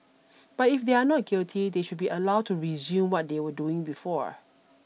but if they are not guilty they should be allowed to resume what they were doing before